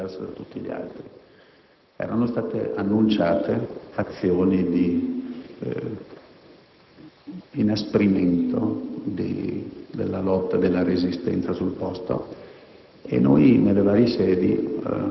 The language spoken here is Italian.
Il problema dell'Afghanistan però era diverso da tutti gli altri: erano state infatti annunciate azioni di inasprimento della lotta, della resistenza, sul posto